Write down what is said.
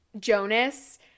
Jonas